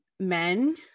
Men